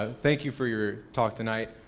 ah thank you for your talk tonight.